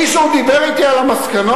מישהו דיבר אתי על המסקנות?